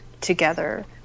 together